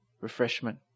refreshment